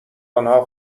آنها